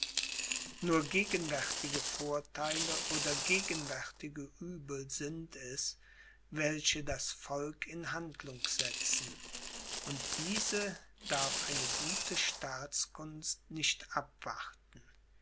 nur gegenwärtige vortheile oder gegenwärtige uebel sind es welche das volk in handlung setzen und diese darf eine gute staatskunst nicht abwarten